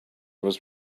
was